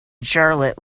charlotte